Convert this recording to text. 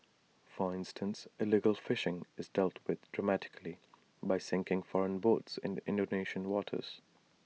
for instance illegal fishing is dealt with dramatically by sinking foreign boats in Indonesian waters